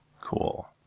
Cool